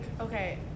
okay